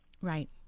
Right